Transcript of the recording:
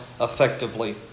effectively